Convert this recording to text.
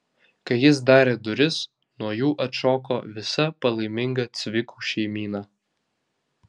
kai jis darė duris nuo jų atšoko visa palaiminga cvikų šeimyna